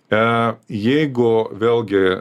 e jeigu vėlgi